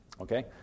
Okay